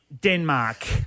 Denmark